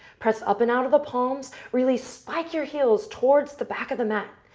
press up and out of the palms. really spike your heels towards the back of the mat.